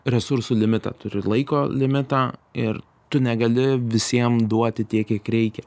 resursų limitą turi laiko limitą ir tu negali visiems duoti tiek kiek reikia